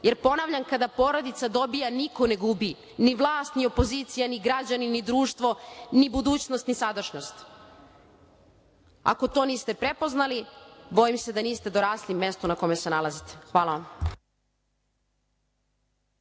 Jer, ponavljam, kada porodica dobija, niko ne gubi, ni vlast, ni opozicija, ni građani, ni društvo, ni budućnost, ni sadašnjost. Ako to niste prepoznali, bojim se da niste dorasli mestu na kome se nalazite. Hvala.